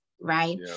right